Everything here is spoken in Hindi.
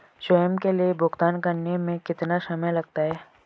स्वयं के लिए भुगतान करने में कितना समय लगता है?